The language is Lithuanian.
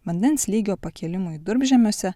vandens lygio pakėlimui durpžemiuose